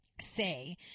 say